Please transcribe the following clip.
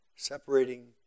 Separating